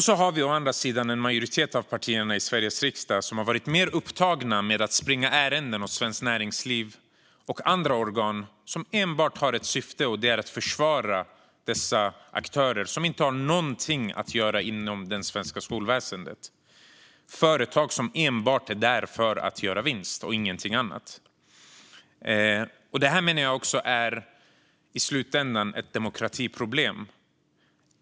Å andra sidan har en majoritet av partierna i Sveriges riksdag varit mer upptagna med att springa ärenden åt Svenskt Näringsliv och andra organ som enbart har ett syfte: att försvara dessa aktörer, som inte har någonting att göra inom det svenska skolväsendet. Det är företag som enbart är där för att göra vinst och ingenting annat. Det här menar jag i slutändan är ett demokratiproblem.